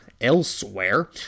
elsewhere